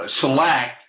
select